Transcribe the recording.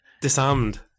Disarmed